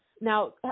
now